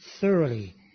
thoroughly